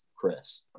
Chris